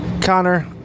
Connor